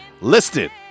Listed